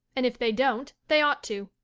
and if they don't they ought to.